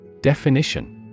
Definition